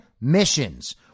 missions